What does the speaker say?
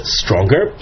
stronger